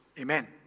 Amen